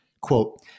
Quote